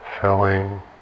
filling